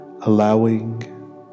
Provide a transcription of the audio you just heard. allowing